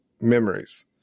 memories